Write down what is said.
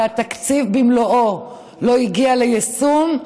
אבל התקציב במלואו לא הגיע ליישום,